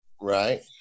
Right